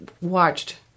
watched